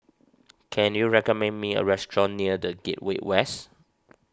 can you recommend me a restaurant near the Gateway West